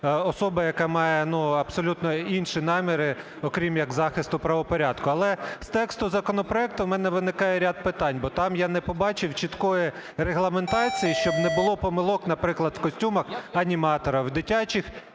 особа, яка має, ну, абсолютно інші наміри, окрім як захисту правопорядку. Але з тексту законопроекту в мене виникає ряд питань, бо там я не побачив чіткої регламентації, щоб не було помилок, наприклад, в костюмах аніматорів, дитячих